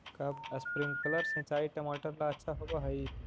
का स्प्रिंकलर सिंचाई टमाटर ला अच्छा होव हई?